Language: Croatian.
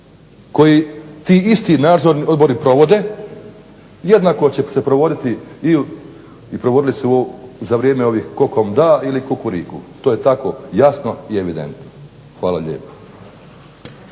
koji ti isti nadzorni odbori provode jednako će se provoditi i provodili su se za vrijeme ovih kokom da ili kukuriku. To je tako jasno i evidentno. Hvala lijepo.